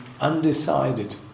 undecided